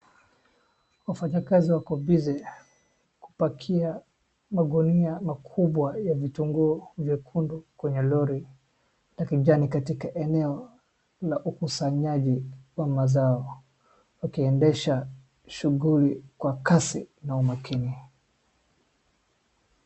Wafanyakazi wako busy kupakia magunia makubwa ya vitunguu vyekundu kwenye lori na kijani katika eneo la ukusanyaji ya mazao wakiendesha shuguli kwa kasi na umakini.